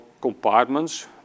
compartments